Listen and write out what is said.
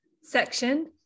section